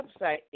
website